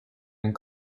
and